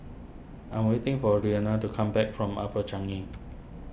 I'm waiting for Renea to come back from Upper Changi